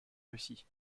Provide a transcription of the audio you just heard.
russie